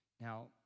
Now